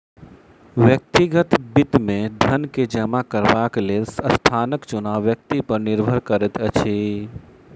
व्यक्तिगत वित्त मे धन के जमा करबाक लेल स्थानक चुनाव व्यक्ति पर निर्भर करैत अछि